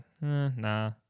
Nah